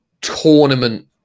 tournament